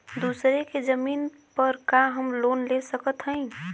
दूसरे के जमीन पर का हम लोन ले सकत हई?